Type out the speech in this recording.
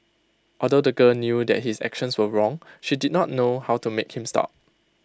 although the girl knew that his actions were wrong she did not know how to make him stop